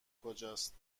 کجاست